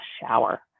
shower